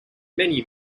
many